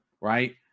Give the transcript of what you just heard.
right